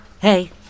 Hey